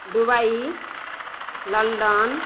Dubai London